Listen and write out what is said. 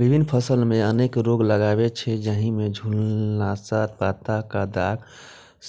विभिन्न फसल मे अनेक रोग लागै छै, जाहि मे झुलसा, पत्ता पर दाग,